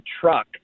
truck